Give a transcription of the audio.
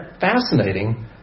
fascinating